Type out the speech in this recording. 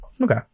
Okay